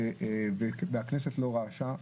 והכנסת לא רעשה,